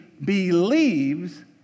believes